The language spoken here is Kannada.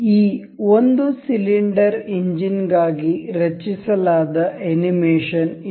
ಈ ಒಂದು ಸಿಲಿಂಡರ್ ಎಂಜಿನ್ ಗಾಗಿ ರಚಿಸಲಾದ ಅನಿಮೇಷನ್ ಇದು